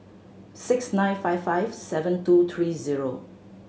six nine five five seven two three zero